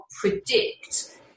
predict